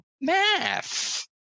math